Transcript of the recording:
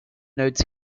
notes